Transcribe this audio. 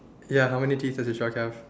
ya how many pieces does yours have